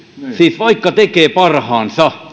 siis vaikka tekee parhaansa